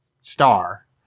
Star